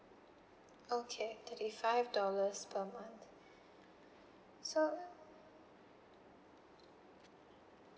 okay thirty five dollars per month so